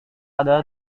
ada